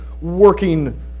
working